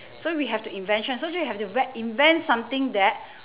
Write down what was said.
so we have to invention so so you have to ~vent invent something that